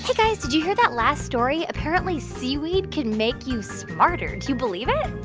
guys, did you hear that last story? apparently seaweed can make you smarter. do you believe it?